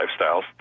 Lifestyles